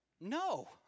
No